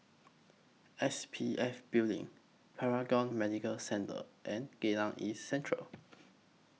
S P F Building Paragon Medical Centre and Geylang East Central